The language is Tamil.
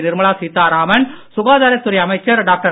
நிர்மலா சீத்தாராமன் சுகாதாரத் துறை அமைச்சர் டாக்டர்